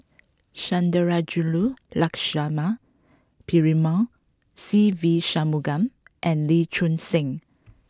Sundarajulu Lakshmana Perumal Se Ve Shanmugam and Lee Choon Seng